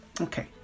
okay